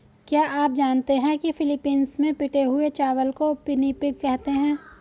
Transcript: क्या आप जानते हैं कि फिलीपींस में पिटे हुए चावल को पिनिपिग कहते हैं